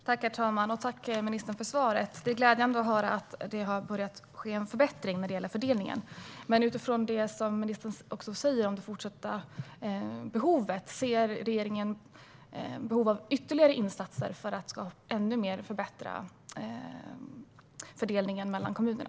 Herr talman! Tack, ministern, för svaret! Det är glädjande att höra att det har börjat ske en förbättring när det gäller fördelningen. Men utifrån det som ministern sa om det fortsatta behovet, ser regeringen behov av ytterligare insatser för att förbättra fördelningen mellan kommunerna?